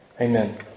Amen